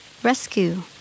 Rescue